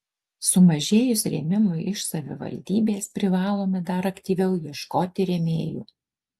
sumažėjus rėmimui iš savivaldybės privalome dar aktyviau ieškoti rėmėjų